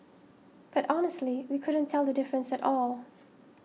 but honestly we couldn't tell the difference at all